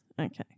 Okay